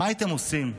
מה הייתם עושים?